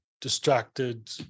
distracted